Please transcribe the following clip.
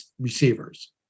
receivers